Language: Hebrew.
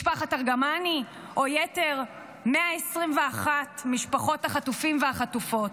משפחת ארגמני או יתר 121 משפחות החטופים והחטופות.